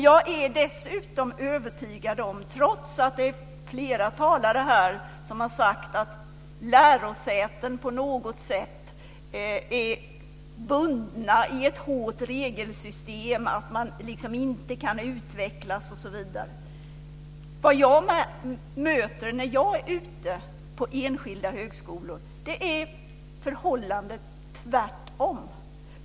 Det är jag övertygad om, trots att flera talare här har sagt att lärosäten på något sätt är bundna i ett hårt regelsystem, att man inte kan utvecklas osv. Det förhållande jag möter när jag är ute på enskilda högskolor är tvärtom.